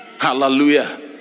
Hallelujah